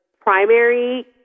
primary